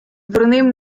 дурним